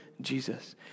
Jesus